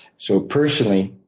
so personally,